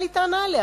אין לי טענה עליה,